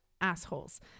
assholes